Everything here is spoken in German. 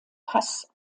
pass